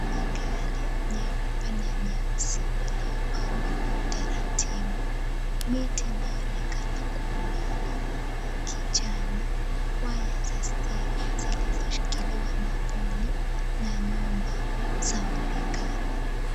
Magari nyeupe na nyeusi yaliyopangwa kwa utaratibu. Miti inaonekana kwa umbali ya kijani, waya za stima zilizoshikiliwa na poli na nyumba zaonekana.